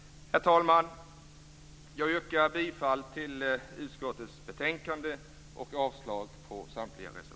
Herr talman! Jag yrkar bifall till utskottets hemställan och avslag på samtliga reservationer.